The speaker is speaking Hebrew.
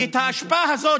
את האשפה הזאת,